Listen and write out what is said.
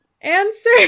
answer